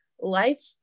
life